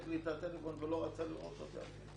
לי את הטלפון ולא רצה לראות אותי אפילו.